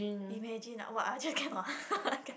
imagine ah !wah! I just cannot ah I cannot